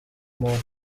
muntu